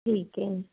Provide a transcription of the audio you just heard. ਠੀਕ ਏ